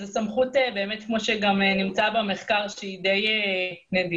זו סמכות כמו שגם נמצא במחקר שהיא די נדירה.